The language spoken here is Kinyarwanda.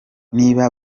niba